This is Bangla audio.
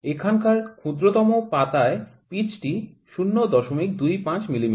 এখানকার ক্ষুদ্রতম পাতায় পিচটি ০২৫ মিমি